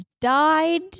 died